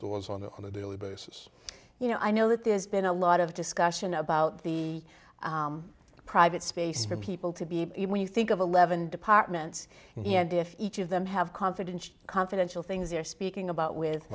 doors on on a daily basis you know i know that there's been a lot of discussion about the private space for people to be when you think of eleven departments in the end if each of them have confidence in confidential things you're speaking about with